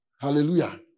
Hallelujah